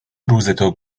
روزتو